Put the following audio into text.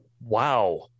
Wow